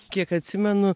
kiek atsimenu